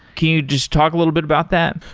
can you just talk a little bit about that?